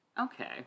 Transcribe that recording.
Okay